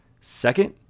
second